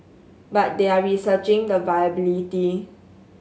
but they are researching the viability